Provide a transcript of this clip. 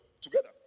together